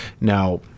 Now